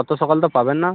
অত সকালে তো পাবেন না